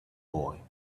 boy